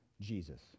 Jesus